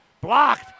blocked